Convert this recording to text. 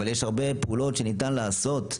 אבל יש הרבה פעולות שניתן לעשות,